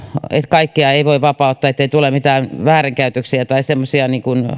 kaikkea ei voi vapauttaa ettei tule mitään väärinkäytöksiä tai semmoisia